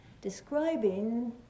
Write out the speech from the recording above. Describing